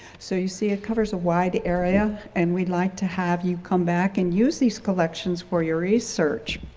so you see, it covers a wide area and we'd like to have you come back and use these collections for your research.